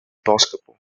basketball